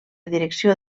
direcció